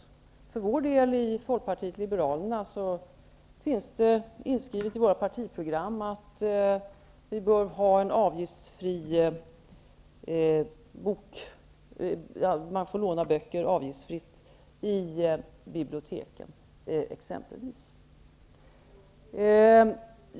Jag kan för vår del säga att det exempelvis i Folkpartiet liberalernas partiprogram är inskrivet att man bör få låna böcker avgiftsfritt på biblioteken.